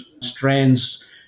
strands